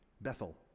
Bethel